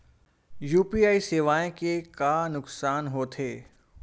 UPI सेवाएं के का नुकसान हो थे?